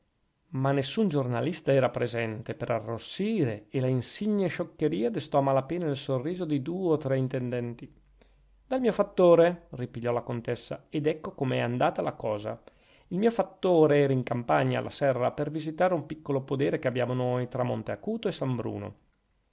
ma nessun giornalista era presente per arrossire e la insigne scioccheria destò a mala pena il sorriso di due o tre intendenti dal mio fattore ripigliò la contessa ed ecco come è andata la cosa il mio fattore era in campagna alla serra per visitare un piccolo podere che abbiamo noi tra monte acuto e san bruno